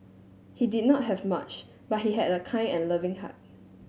he did not have much but he had a kind and loving heart